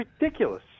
ridiculous